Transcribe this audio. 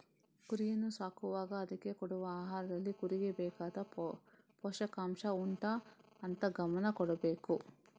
ಕುರಿಯನ್ನ ಸಾಕುವಾಗ ಅದ್ಕೆ ಕೊಡುವ ಆಹಾರದಲ್ಲಿ ಕುರಿಗೆ ಬೇಕಾದ ಪೋಷಕಾಂಷ ಉಂಟಾ ಅಂತ ಗಮನ ಕೊಡ್ಬೇಕು